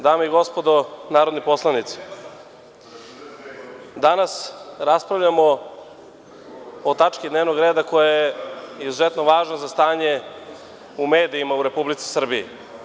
Dame i gospodo narodni poslanici, danas raspravljamo o tački dnevnog reda, koja je izuzetno važna za stanje u medijima u Republici Srbiji.